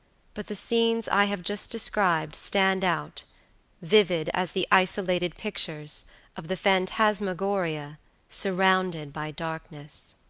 but the scenes i have just described stand out vivid as the isolated pictures of the phantasmagoria surrounded by darkness.